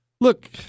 Look